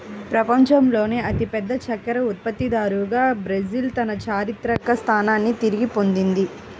ప్రపంచంలోనే అతిపెద్ద చక్కెర ఉత్పత్తిదారుగా బ్రెజిల్ తన చారిత్రక స్థానాన్ని తిరిగి పొందింది